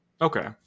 Okay